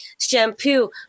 Shampoo